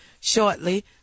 shortly